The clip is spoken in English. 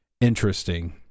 interesting